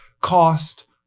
cost